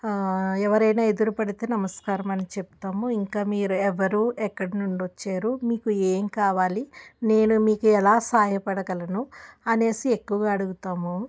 ఎవరైనా ఎదురుపడితే నమస్కారమని చెప్తాము ఇంకా మీరు ఎవరు ఎక్కడి నుండి వచ్చారు మీకు ఏం కావాలి నేను మీకు ఎలా సాయపడగలను అనేసి ఎక్కువగా అడుగుతాము